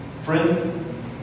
Friend